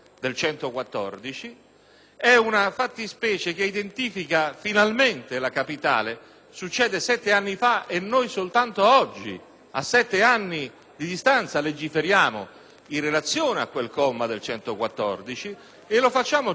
è una fattispecie che finalmente identifica la capitale; accadde sette anni fa e noi soltanto oggi, a sette anni distanza, legiferiamo in relazione a quel comma dell'articolo 114 e lo facciamo giustamente e con proprietà.